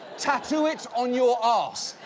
tattoo it on your ass.